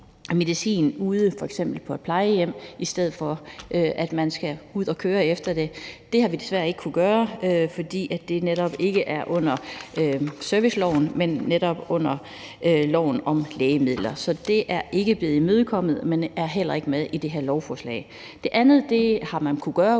medicin ude på f.eks. et plejehjem, i stedet for at man skal ud at køre efter det. Det har vi desværre ikke kunnet gøre, fordi det netop ikke er under serviceloven, men under loven om lægemidler. Så det er ikke blevet imødekommet, men er heller ikke med i det her lovforslag. Det andet har man kunnet gøre